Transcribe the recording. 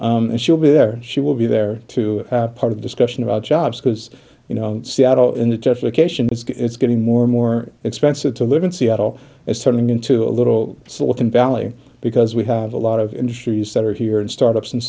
wage and she'll be there she will be there to part of discussion about jobs because you know seattle in the tough location it's getting more and more expensive to live in seattle is turning into a little silicon valley because we have a lot of industries that are here and startups and